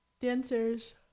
Dancers